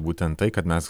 būtent tai kad mes